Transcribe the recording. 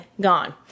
gone